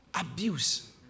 abuse